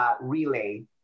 relay